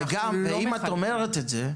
ואם את אומרת את זה,